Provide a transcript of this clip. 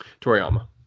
Toriyama